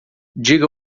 diga